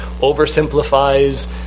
oversimplifies